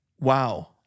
Wow